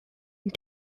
and